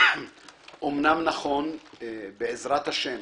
אמנם, נכון, בעזרת השם,